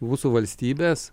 mūsų valstybės